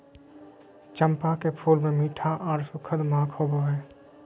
चंपा के फूल मे मीठा आर सुखद महक होवो हय